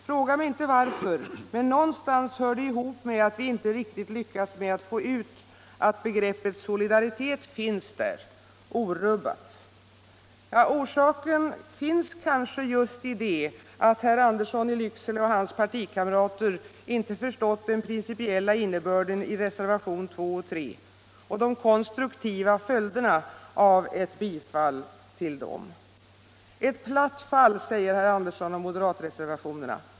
Fråga mig inte varför — men nånstans hör det ihop med att vi inte riktigt lyckats med att få ut att begreppet SOLIDARITET finns där. Orubbat.”” Orsaken finns kanske just däri att herr Andersson i Lycksele och hans partikamrater inte förstått den principiella innebörden i reservationerna 2 och 3 och de konstruktiva följderna av ett bifall till dem. Ett platt fall, säger herr Andersson om moderatreservationerna.